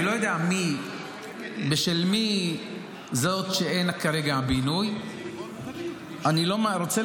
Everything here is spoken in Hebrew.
אני לא יודע בשל מי זאת שאין כרגע בינוי ------ אני רוצה